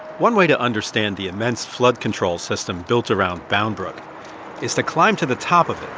one way to understand the immense flood-control system built around bound brook is to climb to the top of it